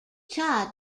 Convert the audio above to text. cha